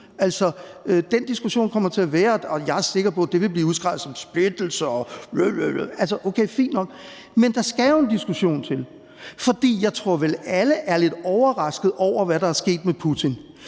Altså, den diskussion kommer til at være der, og jeg er sikker på, at det vil blive udskreget som splittelse og den slags – okay, fint nok. Men der skal jo en diskussion til. For jeg tror, at alle vel er lidt overraskede over, hvad der er sket med Putin.